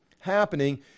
happening